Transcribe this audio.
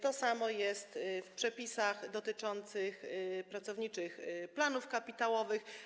To samo jest w przepisach dotyczących pracowniczych planów kapitałowych.